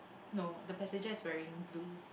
no the passenger is wearing blue